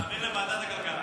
להעביר לוועדת הכלכלה.